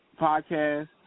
podcast